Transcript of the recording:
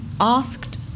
asked